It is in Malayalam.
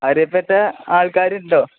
അറിയപ്പെട്ട ആൾക്കാരുണ്ടോ